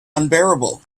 unbearable